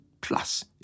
plus